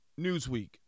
Newsweek